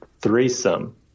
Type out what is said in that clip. threesome